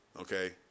Okay